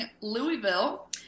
Louisville